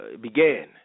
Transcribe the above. began